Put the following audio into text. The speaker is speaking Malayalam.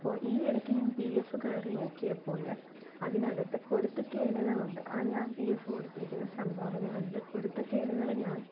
അപ്പോള് ഈ ഇടയ്ക്ക് ഞാൻ പി എഫ് കയറി നോക്കിയപ്പോള് അതിനകത്ത് പൊരുത്തക്കേടുകളുണ്ട് ഞാൻ പി എഫ് കൊടുത്തിരിക്കുന്ന സംഭാവനകളില് പൊരുത്തക്കേടുകള് ഞാൻ